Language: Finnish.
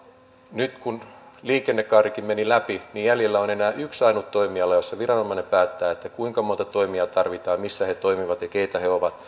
nyt kun liikennekaarikin meni läpi jäljellä on enää yksi ainut toimiala jolla viranomainen päättää kuinka monta toimijaa tarvitaan missä he toimivat ja keitä he ovat